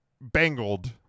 bangled